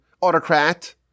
autocrat